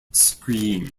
scream